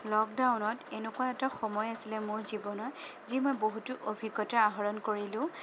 লকডাউনত এনেকুৱা এটা সময় আছিলে মোৰ জীৱনৰ যি মই বহুতো অভিজ্ঞতা আহৰণ কৰিলোঁ